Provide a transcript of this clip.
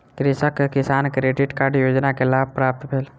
कृषक के किसान क्रेडिट कार्ड योजना के लाभ प्राप्त भेल